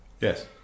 Yes